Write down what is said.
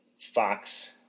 Fox